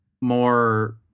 more